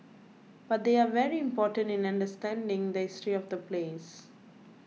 but they are very important in understanding the history of the place